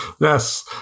Yes